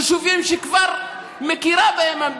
יישובים שהמדינה כבר מכירה בהם,